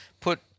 put